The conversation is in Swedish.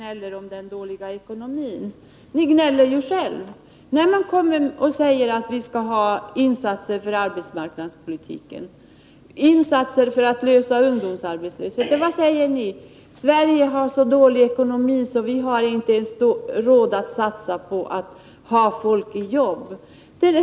Fru talman! Margot Håkansson säger att vi bara gnäller över den dåliga ekonomin, men de borgerliga gnäller själva. När vi säger att det behövs insatser på arbetsmarknadspolitikens område, insatser för att lösa problemet med ungdomsarbetslösheten, vad säger ni då? Jo, att Sverige har så dålig ekonomi att vi inte ens har råd att satsa på att ha folk i arbete.